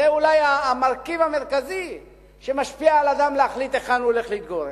זה אולי המרכיב המרכזי שמשפיע על אדם להחליט היכן הוא הולך להתגורר.